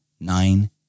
nine